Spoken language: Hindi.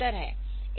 तो यह बेहतर है